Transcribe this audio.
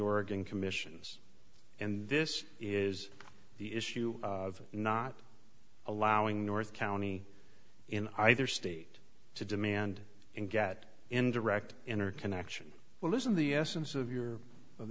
oregon commissions and this is the issue of not allowing north county in either state to demand and get in direct in or connection well isn't the essence of your of